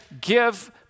give